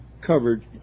covered